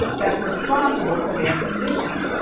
that's responsible for their condition.